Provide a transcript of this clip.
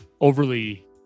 overly